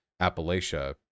Appalachia